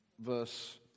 verse